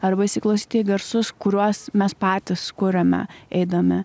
arba įsiklausyti į garsus kuriuos mes patys kuriame eidami